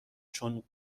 چون